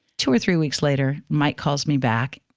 two or three weeks later, mike calls me back.